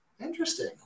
Interesting